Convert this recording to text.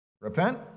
Repent